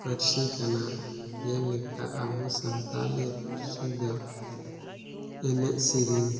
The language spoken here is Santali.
ᱯᱟᱹᱨᱥᱤ ᱠᱟᱱᱟ ᱡᱮᱞᱮᱠᱟ ᱟᱵᱚ ᱥᱟᱱᱛᱟᱞᱤ ᱯᱟᱹᱨᱥᱤ ᱫᱚ ᱮᱱᱮᱡ ᱥᱮᱨᱮᱧ